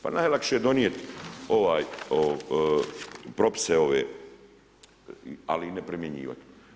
Pa najlakše je donijeti propise ove ali ih ne primjenjivati.